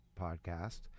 podcast